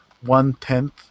one-tenth